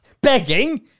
Begging